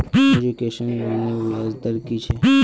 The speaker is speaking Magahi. एजुकेशन लोनेर ब्याज दर कि छे?